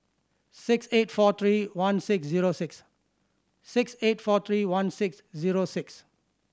six eight four three one six zero six six eight four three one six zero six